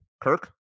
Kirk